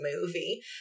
movie